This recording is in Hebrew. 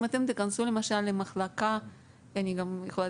אם למשל תיכנסו למחלקה -- אני יכולה